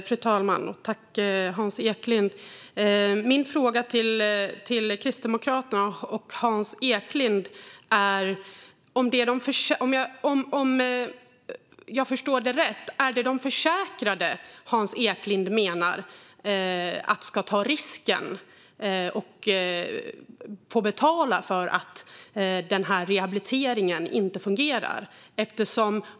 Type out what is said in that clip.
Fru talman! Jag har en fråga till Kristdemokraterna och Hans Eklind. Förstår jag rätt: Är det de försäkrade som Hans Eklind menar ska ta risken och som ska betala för att rehabiliteringen inte fungerar?